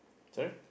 sorry